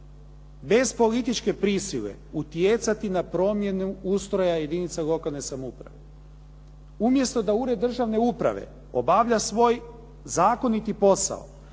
bez političke prisile utjecati na promjenu ustroja jedinica lokalne samouprave umjesto da Ured državne uprave obavlja svoj zakoniti posao